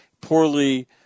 poorly